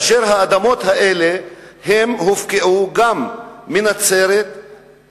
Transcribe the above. האדמות האלה הופקעו גם מנצרת,